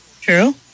True